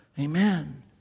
Amen